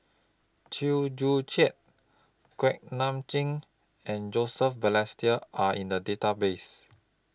Chew Joo Chiat Kuak Nam Jin and Joseph Balestier Are in The Database